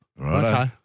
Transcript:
Okay